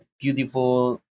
beautiful